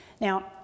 Now